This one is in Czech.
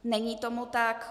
Není tomu tak.